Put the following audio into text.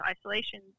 isolation